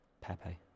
Pepe